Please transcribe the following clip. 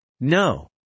No